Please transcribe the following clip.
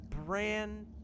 Brand